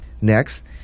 Next